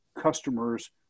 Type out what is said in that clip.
customers